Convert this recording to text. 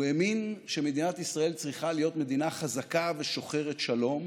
הוא האמין שמדינת ישראל צריכה להיות מדינה חזקה ושוחרת שלום,